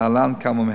להלן כמה מהם: